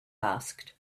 asked